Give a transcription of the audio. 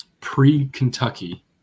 Pre-Kentucky